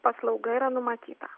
paslauga yra numatyta